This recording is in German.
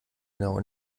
genau